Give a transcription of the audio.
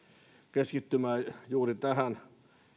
keskittymään juuri tähän